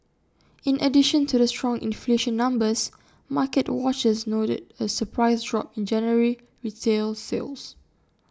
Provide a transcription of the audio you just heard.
in addition to the strong inflation numbers market watchers noted A surprise drop in January retail sales